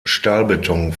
stahlbeton